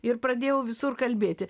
ir pradėjau visur kalbėti